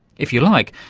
if you like,